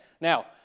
Now